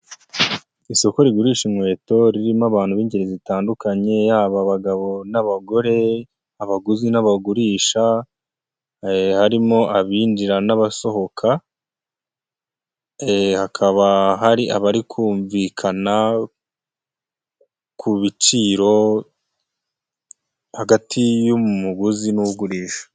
Isoko rigurisha inkweto ririmo abantu b'ingeri zitandukanye, yaba abagabo n'abagore, abaguzi n'abagurisha, harimo abinjira n'abasohoka, hakaba hari abari kumvikana ku biciro hagati y'umuguzi n'ugurisha.